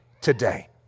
today